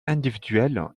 individuelles